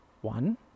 one